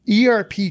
ERP